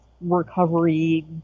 recovery